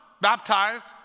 baptized